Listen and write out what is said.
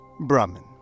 Brahman